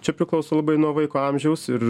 čia priklauso labai nuo vaiko amžiaus ir